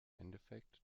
endeffekt